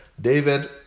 david